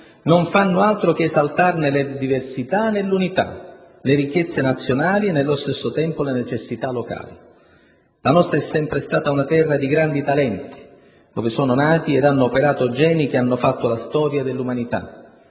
non fanno altro che esaltarne le diversità nell'unità, le ricchezze nazionali e nello stesso tempo le necessità locali. La nostra è sempre stata una terra di grandi talenti, dove sono nati ed hanno operato geni che hanno fatto la storia dell'umanità.